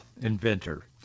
inventor